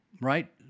right